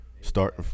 start